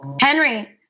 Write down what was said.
Henry